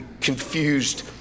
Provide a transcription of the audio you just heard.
confused